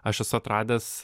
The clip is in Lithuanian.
aš esu atradęs